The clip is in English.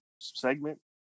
segment